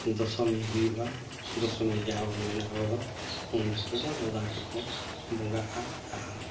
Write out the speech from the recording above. ᱫᱚᱥᱚᱢᱤ ᱦᱩᱭᱩᱜᱼᱟ ᱫᱚᱥᱚᱢᱤ ᱡᱟᱦᱟᱸᱵᱚᱱ ᱢᱮᱱᱟ ᱟᱵᱚᱫᱚ ᱩᱱᱡᱚᱠᱷᱮᱡ ᱫᱚ ᱵᱚᱫᱟ ᱠᱚᱠᱚ ᱵᱚᱸᱜᱟᱜᱼᱟ ᱟᱨ